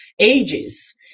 ages